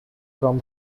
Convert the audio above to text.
from